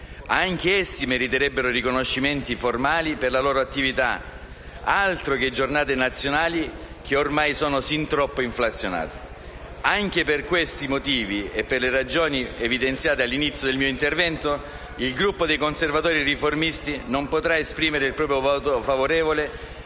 Anch'essi meriterebbero riconoscimenti formali per la loro attività. Altro che giornate nazionali, ormai sin troppo inflazionate. Anche per questi motivi e per le ragioni evidenziate all'inizio del mio intervento, il Gruppo dei Conservatori e Riformisti non potrà esprimere il proprio voto favorevole,